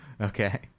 okay